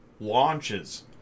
Launches